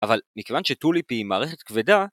אבל מכיוון שטוליפ היא מערכת כבדה...